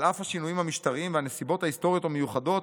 "על אף השינויים המשטרים והנסיבות ההיסטוריות המיוחדות